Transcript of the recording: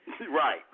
Right